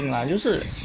think lah 就是